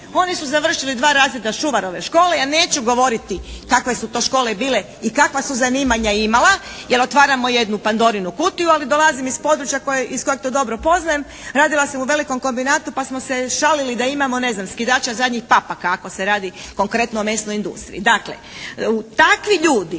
Oni su završili dva razreda Šuvarove škole. Ja neću govoriti kakve su to škole bile i kakva su zanimanja imala jer otvaramo jednu Pandorinu kutiju, ali dolazim iz područja koje, iz kojeg to dobro poznajem. Radila sam u velikom kombinatu pa smo se šalili da imamo ne znam, skidača zadnjih papaka ako se radi konkretno o mesnoj industriji. Dakle takvi ljudi